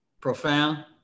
Profound